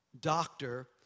doctor